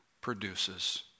produces